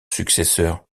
successeurs